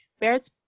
Barrett's